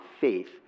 faith